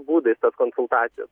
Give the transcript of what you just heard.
būdais tas konsultacijas